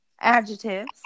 adjectives